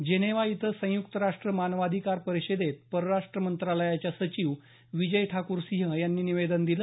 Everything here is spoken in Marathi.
जिनेवा इथं संयुक्त राष्ट् मानवाधिकार परिषदेत परराष्ट्र मंत्रालयाच्या सचिव विजय ठाकूर सिंग यांनी निवेदन दिलं